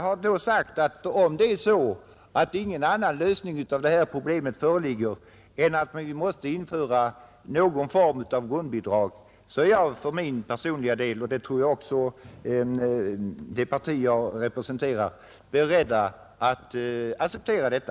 Jag har sagt att om ingen annan lösning av detta problem föreligger än att vi måste införa någon form av grundbidrag är jag för min personliga del — vilket jag tror också gäller det parti jag representerar — beredd att acceptera detta.